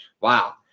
Wow